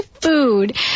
food